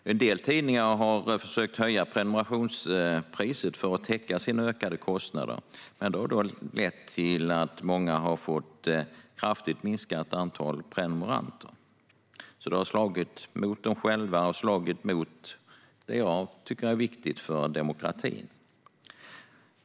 En del tidningar har försökt att höja prenumerationspriset för att täcka sina ökade kostnader, men det har lett till att många har fått kraftigt minskat antal prenumeranter. Det har alltså slagit mot dem själva och mot det som jag tycker är viktigt för demokratin.